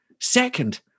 Second